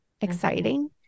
exciting